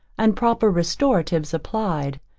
and proper restoratives applied.